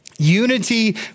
unity